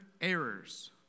errors